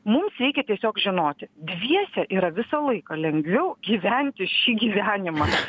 mums reikia tiesiog žinoti dviese yra visą laiką lengviau gyventi šį gyvenimą